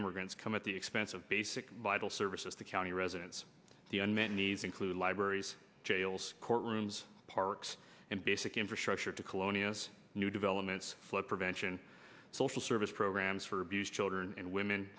immigrants at the expense of basic vital services to county residents the unmet needs include libraries jails courtrooms parks and basic infrastructure to colonia as new developments flood prevention social service programs for abused children and women